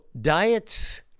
diets